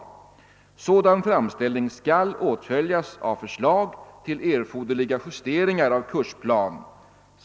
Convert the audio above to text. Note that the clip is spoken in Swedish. Sådan framställning skall åtföljas av förslag till erforderliga justeringar av kursplanen.